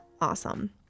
awesome